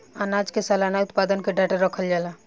आनाज के सलाना उत्पादन के डाटा रखल जाला